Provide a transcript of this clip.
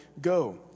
go